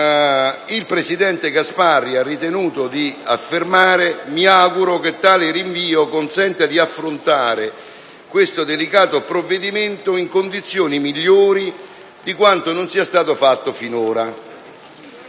il presidente Gasparri ha ritenuto di affermare: «Mi auguro che tale rinvio consenta di affrontare questo delicato provvedimento in condizioni migliori di quanto non sia stato fatto finora».